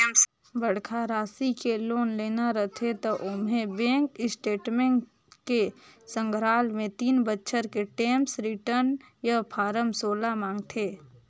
बड़खा रासि के लोन लेना रथे त ओम्हें बेंक स्टेटमेंट के संघराल मे तीन बछर के टेम्स रिर्टन य फारम सोला मांगथे